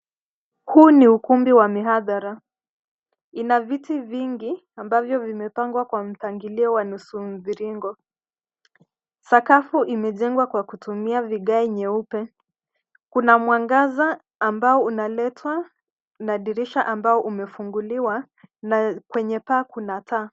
Huu ni ukumbi wa mihadhara. Ina viti vingi ambacho vimepangwa kwa mpangilio wa nusu mviringo. Sakafu imejengwa kwa kutumia vigae nyeupe. Kuna mwangaza ambao unaletwa na dirisha ambao umefunguliwa na kwenye paa kuna taa.